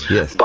Yes